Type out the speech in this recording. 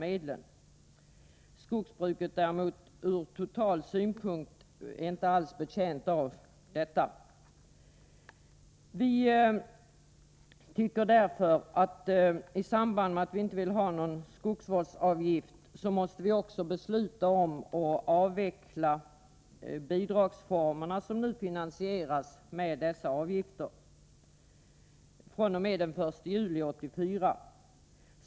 Från skogsbrukets totala synpunkt är man inte betjänt av en sådan ordning. Vårt förslag om att avskaffa skogsvårdsavgiften medför att riksdagen också bör fatta beslut om att avveckla de bidragsformer som nu finansieras med skogsvårdsavgiftsmedel fr.o.m. den 1 juli 1984.